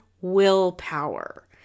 willpower